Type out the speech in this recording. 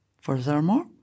Furthermore